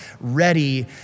ready